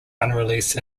unreleased